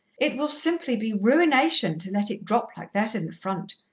it will simply be ruination to let it drop like that in the front.